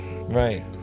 Right